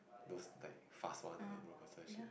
those like fast one roller coaster shit